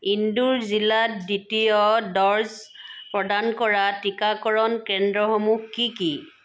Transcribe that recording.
ইন্দোৰ জিলাত দ্বিতীয় ড'জ প্ৰদান কৰা টীকাকৰণ কেন্দ্ৰসমূহ কি কি